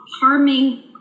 harming